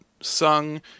sung